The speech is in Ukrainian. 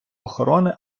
охорони